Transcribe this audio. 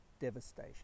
devastation